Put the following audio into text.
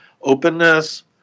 openness